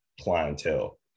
clientele